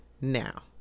now